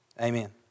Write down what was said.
Amen